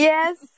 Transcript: Yes